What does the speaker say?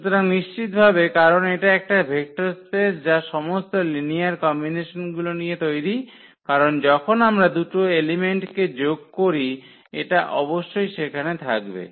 সুতরাং নিশ্চিতভাবে কারণ এটা একটা ভেক্টর স্পেস যা সমস্ত লিনিয়ার কম্বিনেশনগুলো নিয়ে তৈরি কারণ যখন আমরা দুটো এলিমেন্ট কে যোগ করি এটা অবশ্যই সেখানে থাকবে